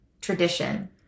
tradition